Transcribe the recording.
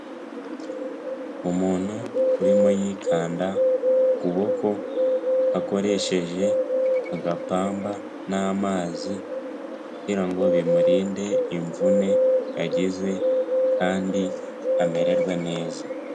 Umuntu urimo yikanda ukuboko akoresheje agapamba n'amazi, kugira ngo bimurinde imvune yagize kandi amererwe neza.